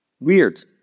Weird